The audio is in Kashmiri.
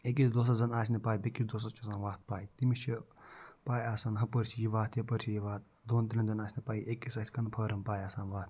أکِس دوستَس زَنہٕ آسہِ نہٕ پَے بیٚکِس دوستَس چھِ آسان وَتھ پَے تٔمِس چھِ پَے آسان ہُپٲرۍ چھِ یہِ وَتھ یَپٲرۍ چھِ یہِ وَتھ دۄن ترٛٮ۪ن زَنہٕ آسہِ نہٕ پَیی أکِس آسہِ کَنٛفٲرٕم پَے آسان وَتھ